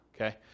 Okay